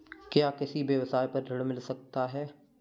क्या किसी व्यवसाय पर ऋण मिल सकता है?